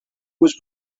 was